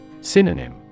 Synonym